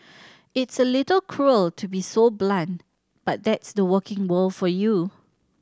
it's a little cruel to be so blunt but that's the working world for you